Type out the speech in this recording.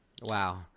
wow